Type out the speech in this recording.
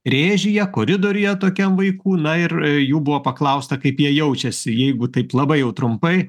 rėžyje koridoriuje tokiam vaikų na ir jų buvo paklausta kaip jie jaučiasi jeigu taip labai jau trumpai